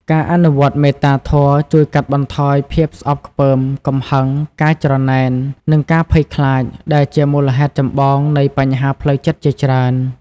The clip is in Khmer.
ការអនុវត្តន៍មេត្តាធម៌ជួយកាត់បន្ថយភាពស្អប់ខ្ពើម កំហឹង ការច្រណែន និងការភ័យខ្លាច ដែលជាមូលហេតុចម្បងនៃបញ្ហាផ្លូវចិត្តជាច្រើន។